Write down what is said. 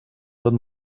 tot